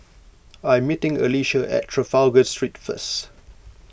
I am meeting Alisha at Trafalgar Street first